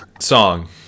song